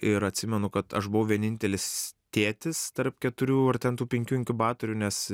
ir atsimenu kad aš buvau vienintelis tėtis tarp keturių ar ten tų penkių inkubatorių nes